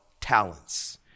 talents